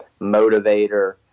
motivator